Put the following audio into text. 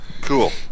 Cool